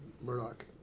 Murdoch